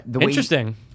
Interesting